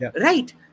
Right